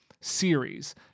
series